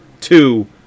two